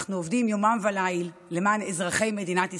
אנחנו עובדים יומם וליל למען אזרחי מדינת ישראל,